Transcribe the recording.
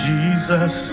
Jesus